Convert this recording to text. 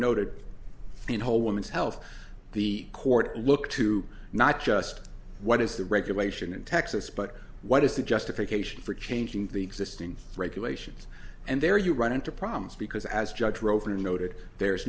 noted in whole woman's health the court look to not just what is the regulation in texas but what is the justification for changing the existing regulations and there you run into problems because as judge rover noted there